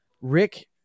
Rick